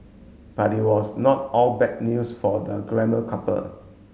but it was not all bad news for the glamour couple